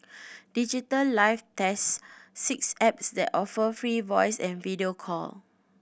Digital Life tests six apps that offer free voice and video call